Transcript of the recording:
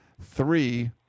three